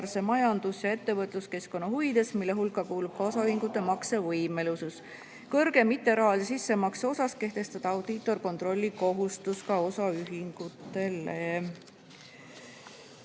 majandus- ja ettevõtluskeskkonna huvides, mille hulka kuulub ka osaühingute maksevõimelisus, kõrge mitterahalise sissemakse osas kehtestada audiitorkontrolli kohustus.